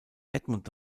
edmund